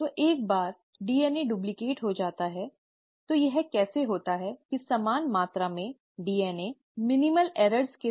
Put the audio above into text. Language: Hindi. तो एक बार डीएनए डुप्लिकेट हो जाता है तो यह कैसे होता है कि समान मात्रा में डीएनए न्यूनतम त्रुटियों के साथ